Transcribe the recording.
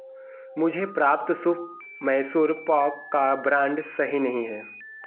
मुझे प्राप्त शुभ मैसूर पाक का ब्रांड सही नहीं है